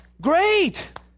Great